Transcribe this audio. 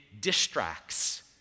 distracts